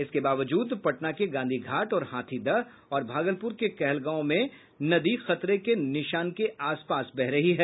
इसके बावजूद पटना के गांधी घाट और हाथीदह और भागलपुर के कहलगांव में खतरे के निशान के आसपास बना हुआ है